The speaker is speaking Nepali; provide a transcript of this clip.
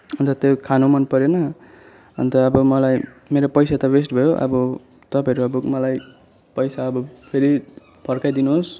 अन्त त्यो खानु मन परेन अन्त अब मलाई मेरो पैसा त वेस्ट भयो अब तपाईँहरू अब मलाई पैसा अब फेरि फर्काइ दिनुहोस्